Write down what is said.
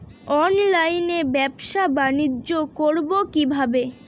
অনলাইনে ব্যবসা বানিজ্য করব কিভাবে?